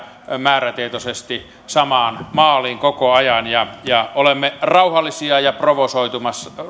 määrätietoisesti samaan maaliin koko ajan ja ja olemme rauhallisia ja provosoitumatta